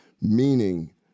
meaning